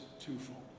twofold